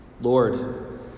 Lord